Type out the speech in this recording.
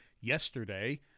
yesterday